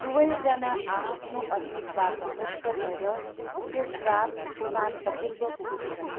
दुवैजना आ आफ्नो अतीतबाट मुक्त भएर त्यस रात शान्तपूर्वक सुत्छन्